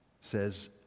says